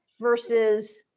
versus